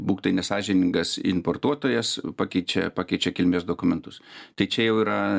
būk tai nesąžiningas importuotojas pakeičia pakeičia kilmės dokumentus tai čia jau yra